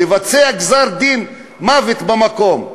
לבצע גזר-דין מוות במקום.